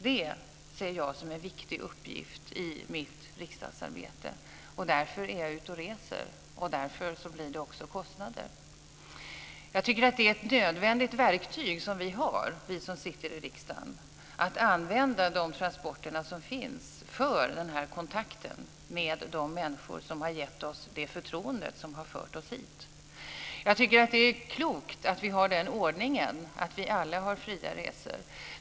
Det ser jag som en viktig uppgift i mitt riksdagsarbete. Därför är jag ute och reser. Därför blir det också kostnader. Jag tycker att det är ett nödvändigt verktyg som vi har som sitter i riksdagen, att vi ska använda de transporter som finns för den här kontakten med de människor som har gett oss det förtroende som har fört oss hit. Jag tycker att det är klokt att vi har den ordningen att vi alla har fria resor.